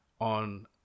on